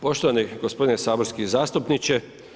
Poštovani gospodine saborski zastupniče.